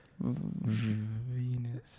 Venus